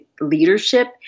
leadership